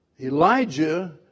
Elijah